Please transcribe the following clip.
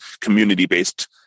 community-based